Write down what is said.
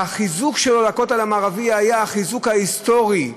והחיזוק שלו לכותל המערבי היה החיזוק ההיסטורי,